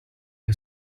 che